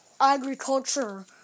agriculture